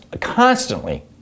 constantly